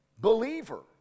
believer